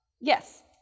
Yes